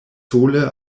sole